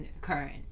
current